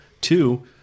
Two